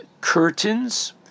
curtains